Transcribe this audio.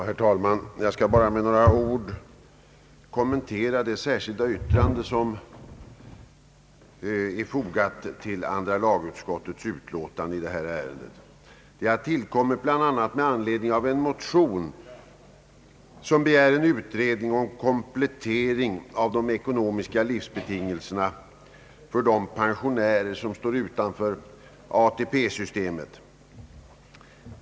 Herr talman! Jag skall bara med några ord kommentera det särskilda yttrande som är fogat till andra lagutskottets utlåtande i detta ärende. Det har tillkommit bl.a. med anledning av en motion som begär en utredning om komplettering av de ekonomiska betingelserna för de pensionärer som står utanför ATP-systemet.